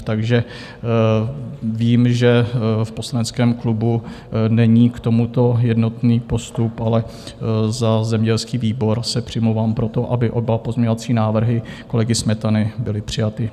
Takže vím, že v poslaneckém klubu není k tomuto jednotný postup, ale za zemědělský výbor se přimlouvám pro to, aby oba pozměňovací návrhy kolegy Smetany byly přijaty.